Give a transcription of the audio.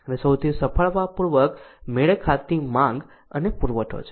અને ચોથી સફળતાપૂર્વક મેળ ખાતી માંગ અને પુરવઠો છે